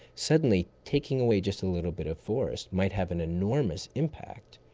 suddenly taking away just a little bit of forest might have an enormous impact.